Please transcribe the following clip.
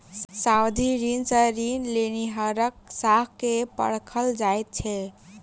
सावधि ऋण सॅ ऋण लेनिहारक साख के परखल जाइत छै